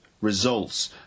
results